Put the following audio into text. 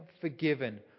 forgiven